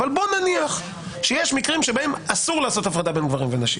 אבל בוא נניח שיש מקרים בהם אסור לעשות הפרדה בין גברים לבין נשים